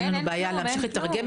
ואין לנו בעיה להמשיך לתרגם,